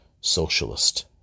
socialist